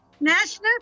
National